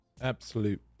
absolute